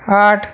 आठ